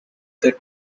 the